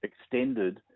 extended